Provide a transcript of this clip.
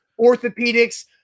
orthopedics